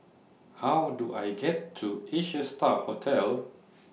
How Do I get to Asia STAR Hotel